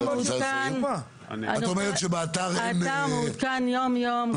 האתר מעודכן יום-יום.